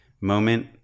moment